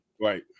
Right